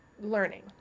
learning